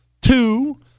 Two